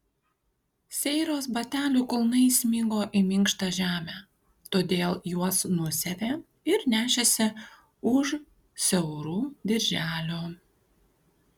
seiros batelių kulnai smigo į minkštą žemę todėl juos nusiavė ir nešėsi už siaurų dirželių